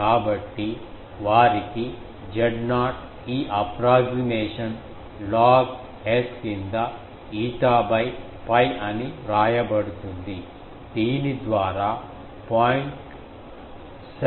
కాబట్టి వారికి Z0 ఈ అఫ్రాక్స్జీమేషన్ లాగ్ S కింద ఈటా 𝛑 అని వ్రాయబడుతుంది దీని ద్వారా 0